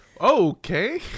Okay